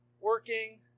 working